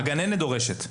הגננת דורשת.